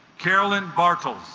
carolyn bartels